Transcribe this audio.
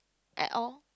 at all